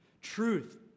Truth